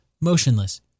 motionless